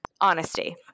honesty